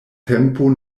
tempo